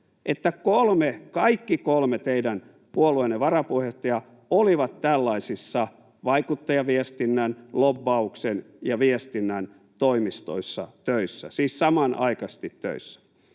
että kaikki kolme teidän puolueenne varapuheenjohtajaa olivat tällaisissa vaikuttajaviestinnän, lobbauksen ja viestinnän toimistoissa töissä, siis samanaikaisesti töissä?